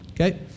Okay